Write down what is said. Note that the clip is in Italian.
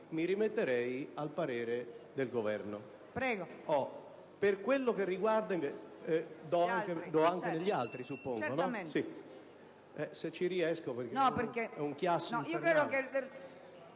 mi rimetto al parere del Governo.